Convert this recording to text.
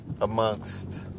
amongst